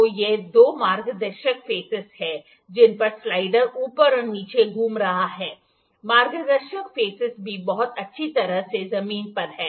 तो ये दो मार्गदर्शक चेहरे हैं जिन पर स्लाइडर ऊपर और नीचे घूम रहा है मार्गदर्शक चेहरे भी बहुत अच्छी तरह से जमीन पर हैं